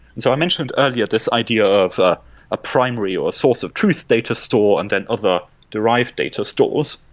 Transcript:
and so i mentioned earlier this idea of ah a primary or a source of truth data store and then other derived data stores.